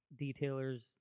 detailers